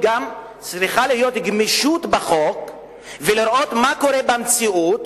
שצריכה להיות גמישות בחוק ולראות מה קורה במציאות